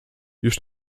już